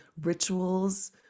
rituals